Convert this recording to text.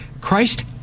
Christ